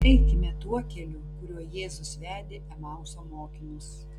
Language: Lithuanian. eikime tuo keliu kuriuo jėzus vedė emauso mokinius